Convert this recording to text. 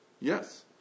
Yes